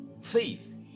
Faith